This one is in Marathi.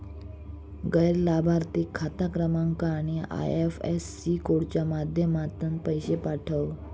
गैर लाभार्थिक खाता क्रमांक आणि आय.एफ.एस.सी कोडच्या माध्यमातना पैशे पाठव